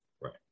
right